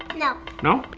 no. no?